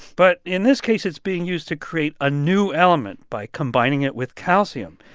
but in this case, it's being used to create a new element by combining it with calcium.